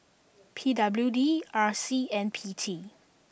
P W D R C and P T